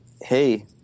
hey